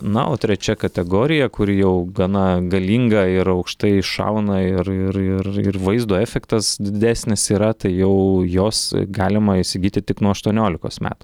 na o trečia kategorija kuri jau gana galinga ir aukštai šauna ir ir ir ir vaizdo efektas didesnis yra tai jau jos galima įsigyti tik nuo aštuoniolikos metų